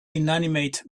inanimate